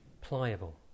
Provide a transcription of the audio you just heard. pliable